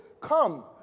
come